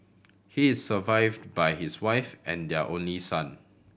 he is survived by his wife and their only son